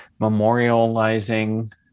memorializing